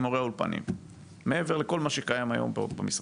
מורי האולפנים מעבר לכל מה שקיים היום במשרדים.